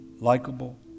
likable